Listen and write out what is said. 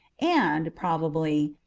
and, probably,